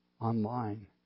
online